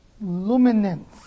luminance